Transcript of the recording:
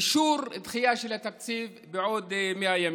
אישור דחייה של התקציב בעוד 100 ימים.